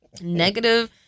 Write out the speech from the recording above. negative